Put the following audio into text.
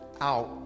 out